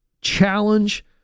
challenge